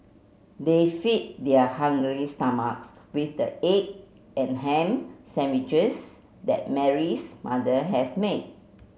they fed their hungry stomachs with the egg and ham sandwiches that Mary's mother have made